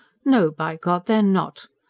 no, by god, they're not!